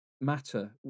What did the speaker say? matter